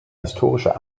historischer